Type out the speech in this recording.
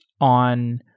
on